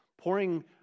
pouring